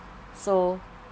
so